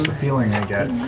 feeling i get.